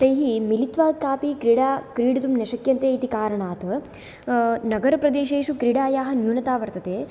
तैः मिलित्वा काऽपि क्रीडा क्रीडितुं न शक्यते इति कारणात् नगरप्रदेशेषु क्रीडायाः न्यूनता वर्तते